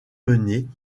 menées